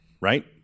right